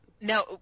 Now